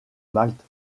malte